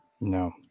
No